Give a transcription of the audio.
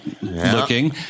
looking